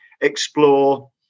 explore